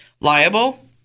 liable